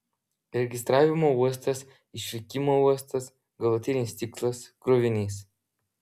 registravimo uostas išvykimo uostas galutinis tikslas krovinys